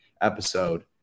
episode